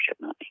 money